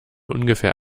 ungefähr